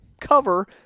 cover